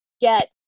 get